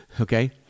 okay